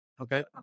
Okay